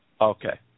okay